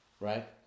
right